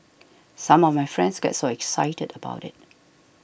some of my friends get so excited about it